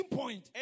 point